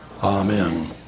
Amen